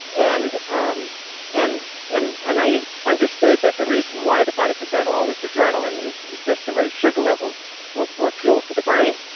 and um and and and i understood that the reason why the body puts out all this adrenaline is is just to raise sugar levels or or fuel for the brain.